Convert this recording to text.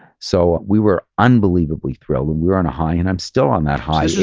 so we were unbelievably thrilled and we were on a high, and i'm still on that high